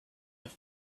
have